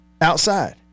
outside